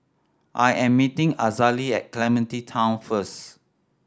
I am meeting Azalee at Clementi Town first